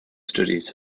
studies